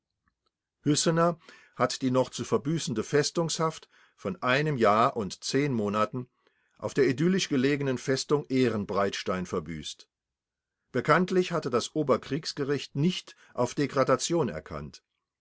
hüssener hat die noch zu verbüßende festungshaft von einem jahre und zehn monaten auf der idyllisch belegenen festung ehrenbreitstein verbüßt bekanntlich hatte das oberkriegsgericht nicht auf degradation erkannt